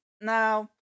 now